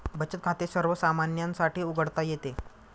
बचत खाते सर्वसामान्यांसाठी उघडता येते